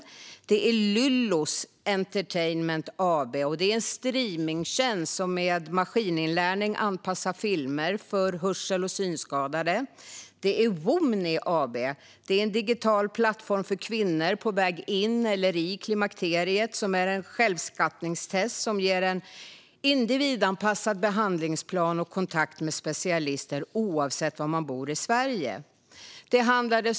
Ett annat är Lyllos Entertainment AB, vilket är en streamningstjänst som med maskininlärning anpassar filmer för hörsel och synskadade. Ytterligare ett är Womni AB, en digital plattform där kvinnor på väg in i eller i klimakteriet gör ett självskattningstest som ger en individanpassad behandlingsplan och kontakt med specialister oavsett var i Sverige de bor.